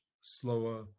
slower